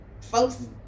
folks